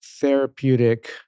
therapeutic